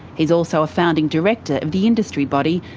he's also a founding director of the industry body,